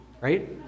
right